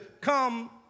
come